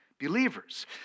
believers